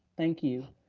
thank you.